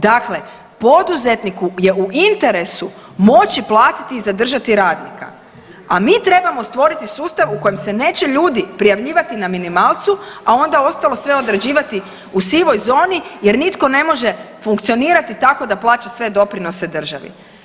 Dakle, poduzetniku je u interesu moći platiti i zadržati radnika, a mi trebamo stvoriti sustav u kojem se neće ljudi prijavljivati na minimalcu, a onda ostalo sve odrađivati u sivoj zoni jer nitko ne može funkcionirati tako da plaća sve doprinose državi.